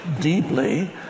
deeply